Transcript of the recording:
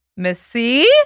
Missy